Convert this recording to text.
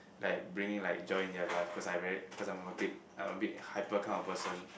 like bring in like join in their life cause I very cause I'm a bit I'm a bit hyper kind of person